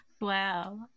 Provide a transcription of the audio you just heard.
Wow